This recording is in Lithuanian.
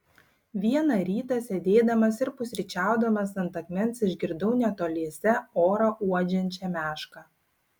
vieną rytą sėdėdamas ir pusryčiaudamas ant akmens išgirdau netoliese orą uodžiančią mešką